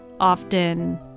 often